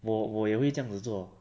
我我也会这样子做